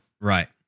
Right